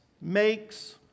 makes